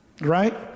right